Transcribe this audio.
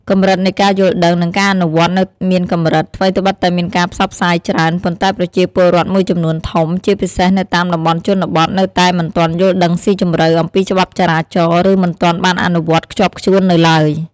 កម្រិតនៃការយល់ដឹង និងការអនុវត្តនៅមានកម្រិត: ថ្វីត្បិតតែមានការផ្សព្វផ្សាយច្រើន ប៉ុន្តែប្រជាពលរដ្ឋមួយចំនួនធំ ជាពិសេសនៅតាមតំបន់ជនបទ នៅតែ មិនទាន់យល់ដឹងស៊ីជម្រៅ អំពីច្បាប់ចរាចរណ៍ ឬមិនទាន់បានអនុវត្តខ្ជាប់ខ្ជួននៅឡើយ។